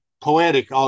poetic